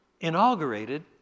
inaugurated